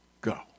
go